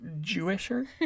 Jewisher